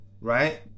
right